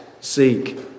seek